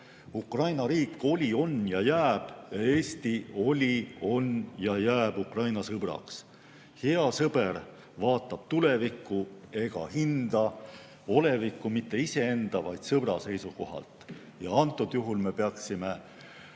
Ukraina riik oli, on ja jääb. Eesti oli, on ja jääb Ukraina sõbraks. Hea sõber vaatab tulevikku ega hinda olevikku mitte iseenda, vaid sõbra seisukohalt. Antud juhul me peaksime